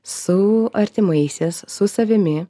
su artimaisiais su savimi